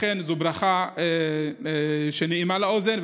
לכן זאת ברכה נעימה לאוזן,